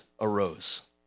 arose